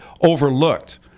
overlooked